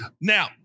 Now